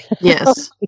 Yes